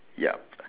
yup